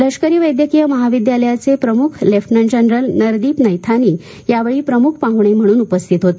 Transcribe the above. लष्करी वैद्यकीय महाविद्यालयाचे प्रमुख लेफ्टनंट जनरल नरदिप नैथानी यावेळी प्रमुख पाहुणे म्हणुन उपस्थित होते